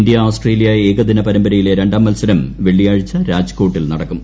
India Australia ഏകദിന പരമ്പരയിലെ രണ്ടാം മത്സരം വെള്ളിയാഴ്ച രാജ്കോട്ടിൽ നടക്കും